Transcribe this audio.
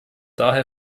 daher